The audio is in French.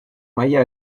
maya